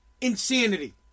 insanity